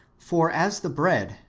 for as the bread,